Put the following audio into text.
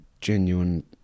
genuine